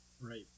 Right